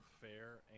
fair